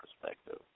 perspective